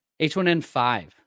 H1N5